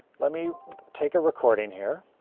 let me take a recording here,